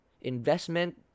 Investment